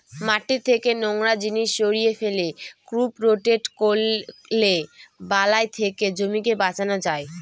মাটি থেকে নোংরা জিনিস সরিয়ে ফেলে, ক্রপ রোটেট করলে বালাই থেকে জমিকে বাঁচানো যায়